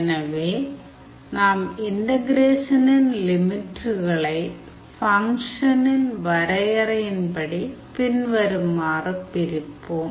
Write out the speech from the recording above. எனவே நாம் இன்டகிரேஷனின் லிமிட்களை ஃபங்க்ஷனின் வரையறையின்படி பின்வருமாறு பிரிப்போம்